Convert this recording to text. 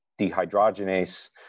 dehydrogenase